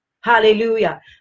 Hallelujah